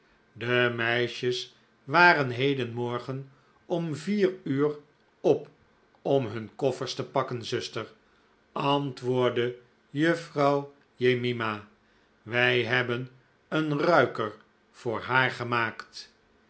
de meisjes waren heden morgen om vier uur op om hun koffers te pakken zuster antwoordde juffrouw jemima wij hebben een ruiker voor haar gemaakt